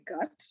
gut